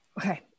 okay